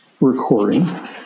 recording